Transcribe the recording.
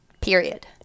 period